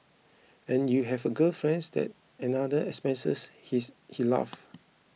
and you have a girlfriends that's another expenses he is he laugh